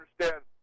understand